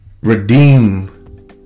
redeem